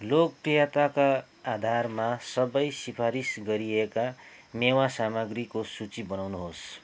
लोकप्रियताका आधारमा सबै सिफारिस गरिएका मेवा सामग्रीको सूची बनाउनुहोस्